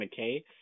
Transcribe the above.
McKay